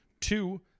two